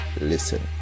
listen